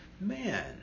Man